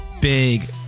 big